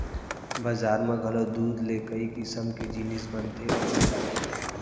बजार म घलौ दूद ले कई किसम के जिनिस बनथे अउ बेचाथे